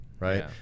Right